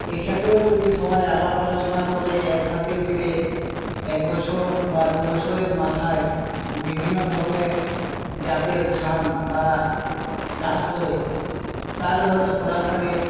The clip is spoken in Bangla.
এক্ষেত্রেও যদি সবাই আলাপ আলোচনা করে এক সাথে মিলে এক বছর বা দু বছরের মাথায় বিভিন্ন ধরণের জাতের ধান তারা চাষ করে তাহলে হয়তো প্রোডাকশানের